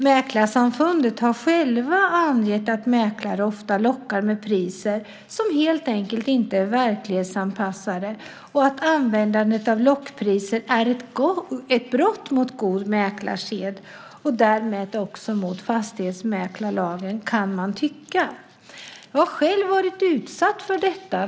Mäklarsamfundet har självt angett att mäklare ofta lockar med priser som helt enkelt inte är verklighetsanpassade och att användandet av lockpriser är ett brott mot god mäklarsed och därmed också mot fastighetsmäklarlagen, kan man tycka. Jag har själv varit utsatt för detta.